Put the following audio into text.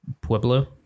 Pueblo